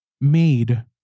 made